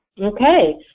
Okay